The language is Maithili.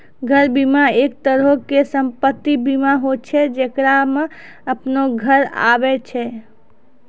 घर बीमा, एक तरहो के सम्पति बीमा होय छै जेकरा मे अपनो घर आबै छै